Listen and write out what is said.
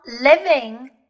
living